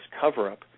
cover-up